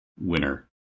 winner